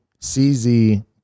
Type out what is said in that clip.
CZ